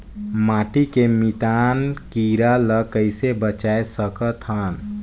माटी के मितान कीरा ल कइसे बचाय सकत हन?